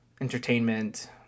entertainment